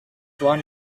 one